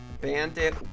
bandit